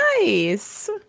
nice